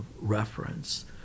reference